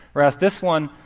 whereas this one,